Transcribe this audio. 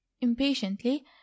impatiently